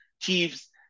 Chiefs